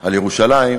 על ירושלים,